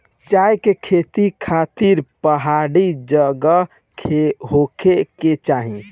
चाय के खेती खातिर पहाड़ी जगह होखे के चाही